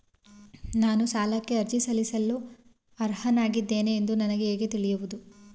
ನಾನು ಸಾಲಕ್ಕೆ ಅರ್ಜಿ ಸಲ್ಲಿಸಲು ಅರ್ಹನಾಗಿದ್ದೇನೆ ಎಂದು ನನಗೆ ಹೇಗೆ ತಿಳಿಯುವುದು?